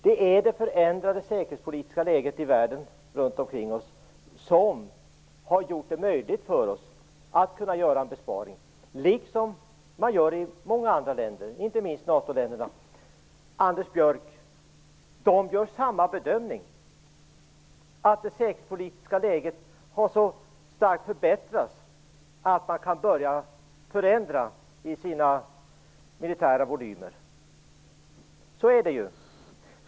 Det är det förändrade säkerhetspolitiska läget i världen runt omkring oss som har gjort det möjligt för oss att göra en besparing, precis som man gör i många andra länder, inte minst i NATO-länderna. De gör samma bedömning, Anders Björck, att det säkerhetspolitiska läget har förbättrats så starkt att man kan börja förändra i sina militära volymer. Så är det ju.